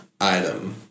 item